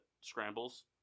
scrambles